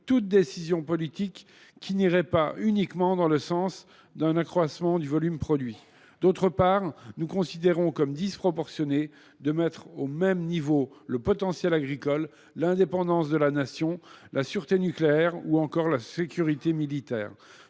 toute décision politique qui n’irait pas uniquement dans le sens d’un accroissement du volume produit. D’autre part, nous considérons comme disproportionné de mettre au même niveau le potentiel agricole, l’indépendance de la Nation, la sûreté nucléaire ou encore la sécurité militaire.